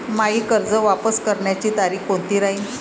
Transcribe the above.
मायी कर्ज वापस करण्याची तारखी कोनती राहीन?